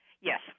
Yes